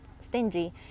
stingy